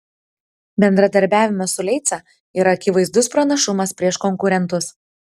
bendradarbiavimas su leica yra akivaizdus pranašumas prieš konkurentus